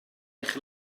eich